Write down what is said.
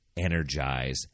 energize